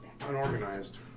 unorganized